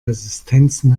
resistenzen